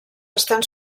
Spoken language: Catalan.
estan